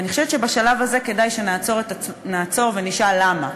אני חושבת שבשלב הזה כדאי שנעצור ונשאל למה.